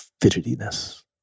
fidgetiness